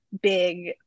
big